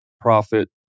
profit